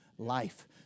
life